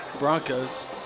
Broncos